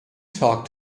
talk